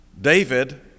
David